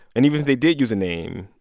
and even if they did use a name,